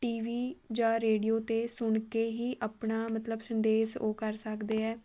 T V ਜਾਂ radio 'ਤੇ ਸੁਣ ਕੇ ਹੀ ਆਪਣਾ ਮਤਲਬ ਸੰਦੇਸ਼ ਉਹ ਕਰ ਸਕਦੇ ਹੈ